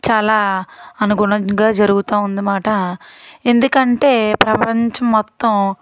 చాలా అనుగుణంగా జరుగుతూ ఉందన్నమాట ఎందుకంటే ప్రపంచం మొత్తం